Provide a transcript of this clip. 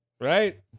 right